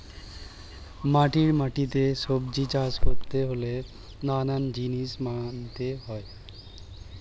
জমির মাটিতে সবজি চাষ করতে হলে নানান জিনিস মানতে হয়